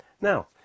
Now